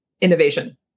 innovation